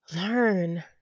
learn